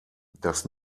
das